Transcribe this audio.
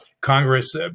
congress